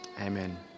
Amen